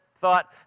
thought